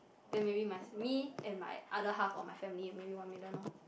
then maybe my me and my other half of my family maybe one million loh